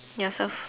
yourself